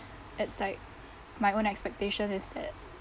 it's like my own expectations is that